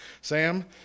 Sam